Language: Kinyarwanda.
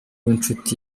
w’inshuti